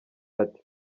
ati